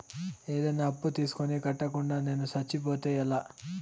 ఏదైనా అప్పు తీసుకొని కట్టకుండా నేను సచ్చిపోతే ఎలా